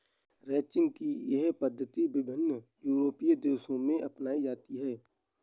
ranching की यह पद्धति विभिन्न यूरोपीय देशों में अपनाई जाती है